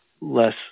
less